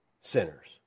sinners